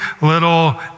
little